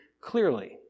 clearly